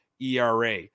ERA